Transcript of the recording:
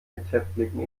mithäftling